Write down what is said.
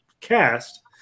cast